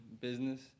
business